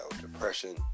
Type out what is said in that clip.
depression